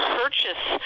purchase